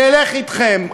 נלך אתכם,